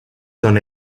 son